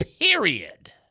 period